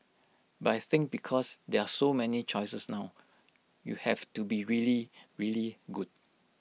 but I think because there are so many choices now you have to be really really good